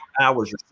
hours